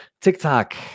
TikTok